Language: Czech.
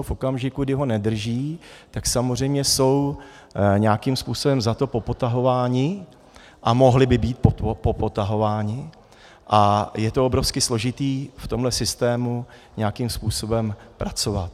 V okamžiku, kdy ho nedrží, tak samozřejmě jsou nějakým způsobem za to popotahovány a mohly by být popotahovány a je to obrovsky složité v tomhle systému nějakým způsobem pracovat.